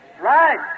Right